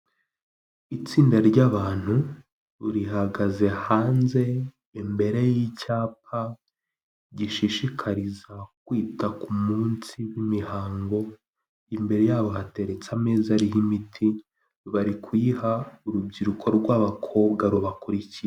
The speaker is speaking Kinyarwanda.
itsinda ry'abantu rihagaze hanze imbere y'icyapa gishishikariza kwita ku munsi w'imihango, imbere yabo hateretse ameza ariho imiti bari kuyiha urubyiruko rw'abakobwa rubakurikiye.